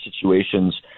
situations